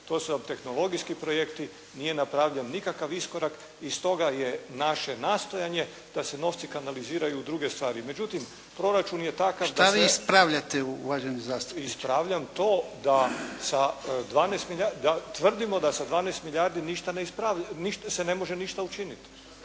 to su vam tehnologijski projekti nije napravljen nikakav iskorak i stoga je naše nastojanje da se novci kanaliziraju u druge stvari. Međutim proračun je takav da … **Jarnjak, Ivan (HDZ)** Šta vi ispravljate uvaženi zastupniče? **Flego, Gvozden Srećko (SDP)** Ispravljam to da sa 12, tvrdimo da sa 12 milijardi ništa ne, se ne može ništa učiniti.